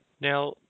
Now